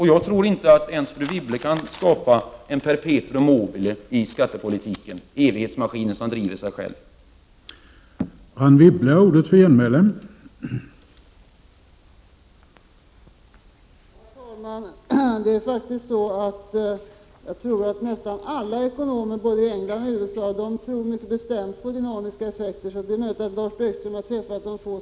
Jag tror inte att ens fru Wibble kan skapa en perpetuum mobile — en evighetsmaskin som driver sig själv — i skattepolitiken.